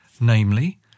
Namely